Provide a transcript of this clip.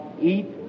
Eat